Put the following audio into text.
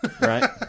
Right